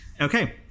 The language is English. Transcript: Okay